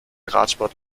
radsport